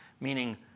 Meaning